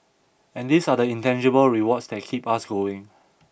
and these are the intangible rewards that keep us going